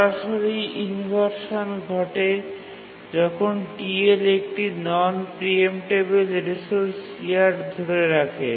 সরাসরি ইনভারসান ঘটে যখন TL একটি নন প্রিএম্পটেবিল রিসোর্স CR ধরে রাখে